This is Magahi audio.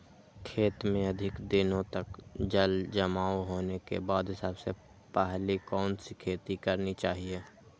खेत में अधिक दिनों तक जल जमाओ होने के बाद सबसे पहली कौन सी खेती करनी चाहिए?